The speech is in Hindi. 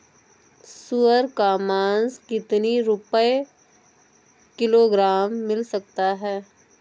सुअर का मांस कितनी रुपय किलोग्राम मिल सकता है?